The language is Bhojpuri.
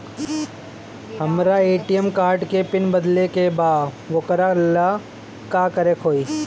हमरा ए.टी.एम कार्ड के पिन बदले के बा वोकरा ला का करे के होई?